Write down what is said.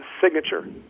signature